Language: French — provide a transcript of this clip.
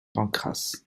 pancrace